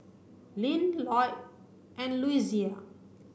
Linn Loyd and Louisa